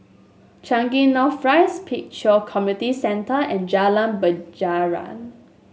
Changi North Rise Pek Kio Community Centre and Jalan Penjara